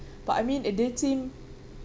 but I mean it did seem